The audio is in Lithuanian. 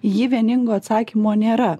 jį vieningo atsakymo nėra